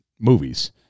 movies